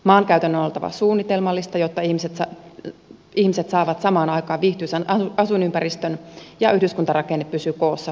maankäytön on oltava suunnitelmallista jotta ihmiset saavat samaan aikaan viihtyisän asuinympäristön ja yhdyskuntarakenne pysyy koossa palveluiden ympärillä